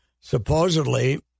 supposedly